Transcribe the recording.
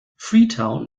freetown